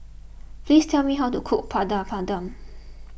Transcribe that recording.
please tell me how to cook Padum Padum